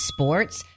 Sports